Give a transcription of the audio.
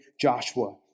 Joshua